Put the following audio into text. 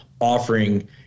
offering